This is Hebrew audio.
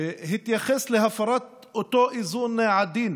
התייחס להפרות אותו איזון עדין